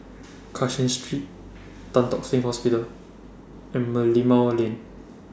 Cashin Street Tan Tock Seng Hospital and Merlimau Lane